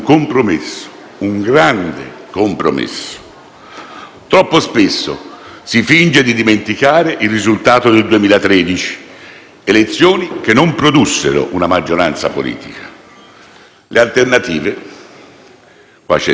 Troppo spesso si finge di dimenticare il risultato del 2013: elezioni che non produssero una maggioranza politica. Le alternative